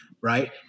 right